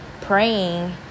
praying